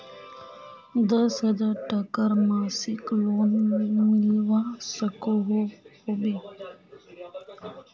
दस हजार टकार मासिक लोन मिलवा सकोहो होबे?